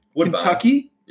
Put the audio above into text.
Kentucky